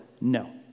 No